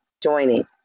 joining